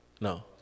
No